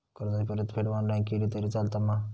कर्जाची परतफेड ऑनलाइन केली तरी चलता मा?